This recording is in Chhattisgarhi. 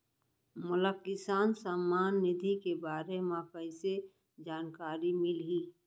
मोला किसान सम्मान निधि के बारे म कइसे जानकारी मिलही?